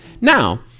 Now